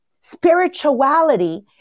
spirituality